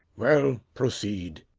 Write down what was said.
well, proceed.